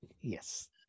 Yes